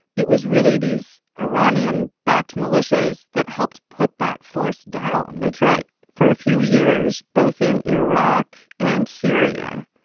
it was really these iranian backed militias that helped put that force down that's right. for a few years, both in iraq and syria,